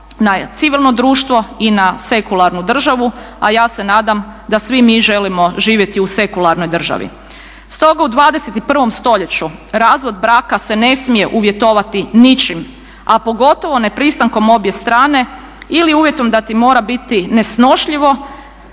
na civilno društvo i na sekularnu državu, a ja se nadam da svi mi želimo živjeti u sekularnoj državi. Stoga u 21. stoljeću razvod braka se ne smije uvjetovati ničim, a pogotovo nepristankom obje strane ili uvjetom da ti mora biti nesnošljivo